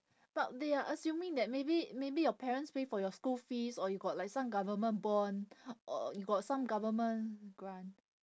but they are assuming that maybe maybe your parents pay for your school fees or you got like some government bond or you got some government grant